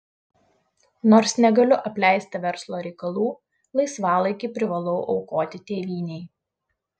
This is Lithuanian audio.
nors negaliu apleisti verslo reikalų laisvalaikį privalau aukoti tėvynei